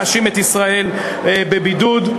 אתה בעצם אף פעם לא מאשים את ישראל בבידוד.